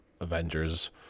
Avengers